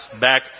back